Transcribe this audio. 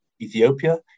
Ethiopia